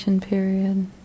Period